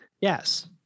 yes